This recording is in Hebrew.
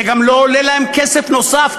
זה גם לא עולה להם כסף נוסף,